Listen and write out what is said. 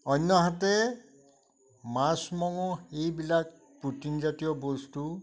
অন্যহাতে মাছ মঙহ এইবিলাক প্ৰটিনজাতীয় বস্তু